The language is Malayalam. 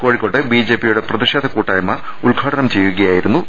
കോഴിക്കോട്ട് ബിജെപിയുടെ പ്രതിഷേധ കൂട്ടായ്മ ഉദ്ഘാടനം ചെയ്യുകയായിരുന്നു അദ്ദേഹം